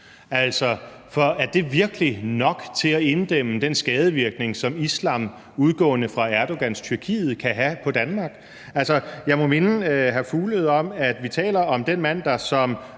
for er det virkelig nok til at inddæmme den skadevirkning, som islam udgående fra Erdogans Tyrkiet kan have på Danmark? Jeg må minde hr. Mads Fuglede om, at vi taler om den mand, der som